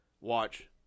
Watch